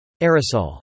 Aerosol